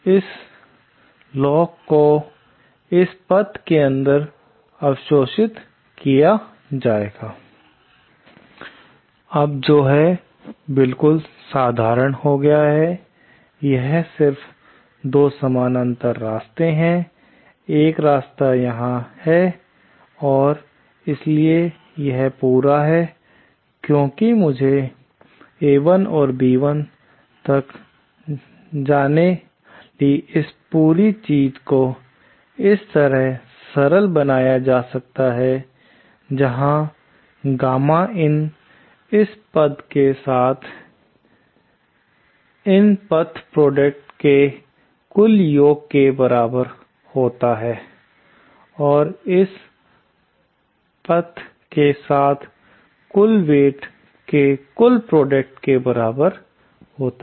इस लोक को इस पथ के अंदर अवशोषित किया जाएगा अब जो है बिल्कुल साधारण हो गया है यह सिर्फ दो समानांतर रास्ते हैं एक रास्ता यहां है और इसलिए यह पूरा है क्योंकि मुझे A1 से B1 तक जा इस पूरी चीज को इस तरह सरल बनाया जा सकता है जहां गामा in इस पद के साथ इन पथ प्रोडक्ट के कुल योग के बराबर होता है और इस पद के साथ कुल वेईट के कुल प्रोडक्ट के बराबर होता है